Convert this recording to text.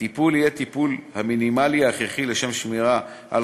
הטיפול יהיה הטיפול המינימלי ההכרחי לשם שמירה על